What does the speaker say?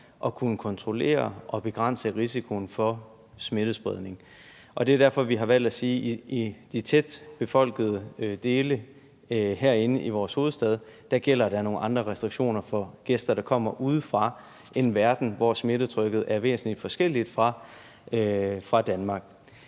at kunne kontrollere og begrænse risikoen for smittespredning. Det er derfor, vi har valgt at sige, at i tætbefolkede dele – herinde i vores hovedstad – gælder der nogle andre restriktioner for gæster, der kommer ude fra en verden, hvor smittetrykket er væsentlig forskelligt fra